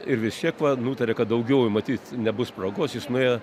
ir vis tiek va nutarė kad daugiau matyt nebus progos jis nuėjo